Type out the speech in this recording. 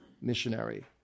missionary